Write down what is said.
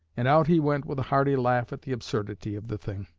and out he went with a hearty laugh at the absurdity of the thing.